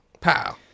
Pow